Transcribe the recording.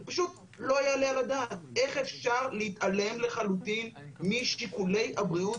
זה פשוט לא יעלה על הדעת איך אפשר להתעלם לחלוטין משיקולי הבריאות